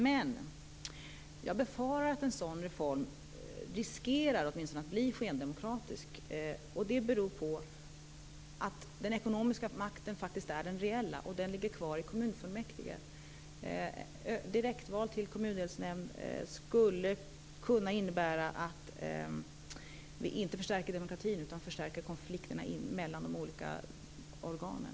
Men jag befarar att en sådan reform riskerar att bli skendemokratisk. Det beror på att den ekonomiska makten faktiskt är den reella, och den ligger kvar i kommunfullmäktige. Direktval till kommundelsnämnd skulle kunna innebära att vi inte förstärker demokratin utan att vi förstärker konflikterna mellan de olika organen.